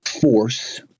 force